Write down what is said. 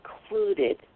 included